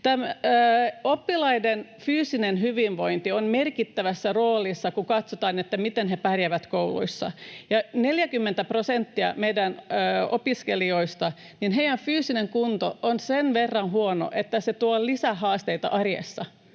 Oppilaiden fyysinen hyvinvointi on merkittävässä roolissa, kun katsotaan, miten he pärjäävät kouluissa. Kun 40 prosentilla meidän opiskelijoista fyysinen kunto on sen verran huono, että se tuo lisähaasteita arjessa